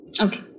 Okay